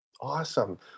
Awesome